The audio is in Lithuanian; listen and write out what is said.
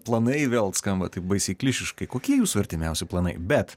planai vėl skamba taip baisiai klišiškai kokie jūsų artimiausi planai bet